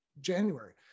January